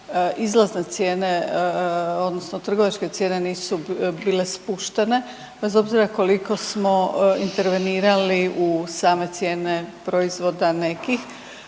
izlazne cijene odnosno trgovačke cijene nisu bile spuštene, bez obzira koliko smo intervenirali u same cijene proizvoda nekih,